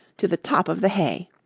to the top of the hay.